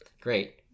great